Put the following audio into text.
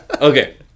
Okay